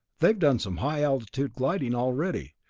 they've done some high-altitude gliding already.